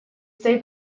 zei